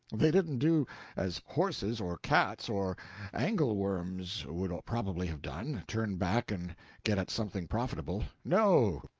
they didn't do as horses or cats or angle-worms would probably have done turn back and get at something profitable no,